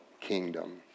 kingdom